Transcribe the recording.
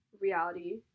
reality